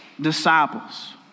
disciples